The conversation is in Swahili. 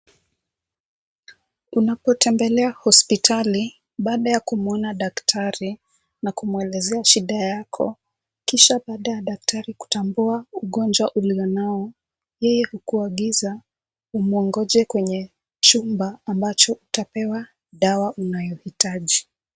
Unapotembelea hospitali, baada ya kumwona daktari na kumuelezea shida yako, kisha baada ya daktari kutambua ugonjwa ulionao, yeye hukuagiza umwongoje kwenye chumba ambacho utapewa dawa unayohitaji.